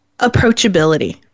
approachability